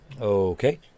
okay